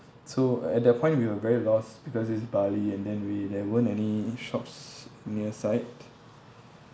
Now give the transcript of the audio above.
so at that point we were very lost because it's bali and then we there weren't any shops near sight